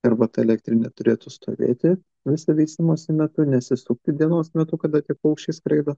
ir vat elektrinė turėtų stovėti viso veisimosi metu nesisukti dienos metu kada paukščiai skraido